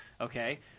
Okay